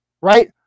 right